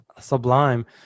sublime